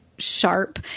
sharp